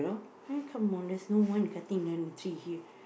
!huh! come on there's no one cutting down the tree here